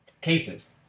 Cases